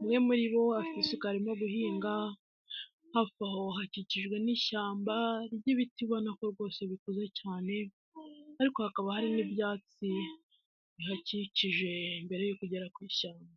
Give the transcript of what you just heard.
umwe muri bo afite isuka arimo guhinga, hafi aho hakikijwe n'ishyamba ry'ibiti ubona ko rwose bikuze cyane ariko hakaba hari n'ibyatsi bihakikije mbere yo kugera ku ishyamba.